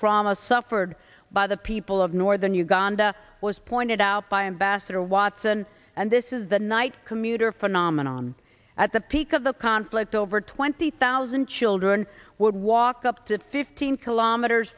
trauma suffered by the people of northern uganda was pointed out by ambassador watson and this is the night commuter phenomenon at the peak of the conflict over twenty thousand children would walk up to fifteen kilometers